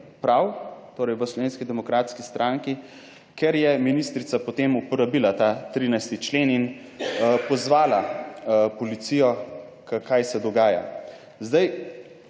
prav, torej v Slovenski demokratski stranki, ker je ministrica, potem uporabila ta 13. člen in pozvala policijo kaj se dogaja. Imamo